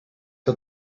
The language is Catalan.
que